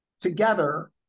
together